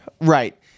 Right